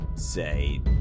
Say